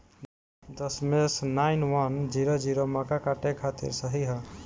दशमेश nine one zero zero मक्का काटे खातिर सही ह?